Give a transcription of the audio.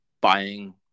buying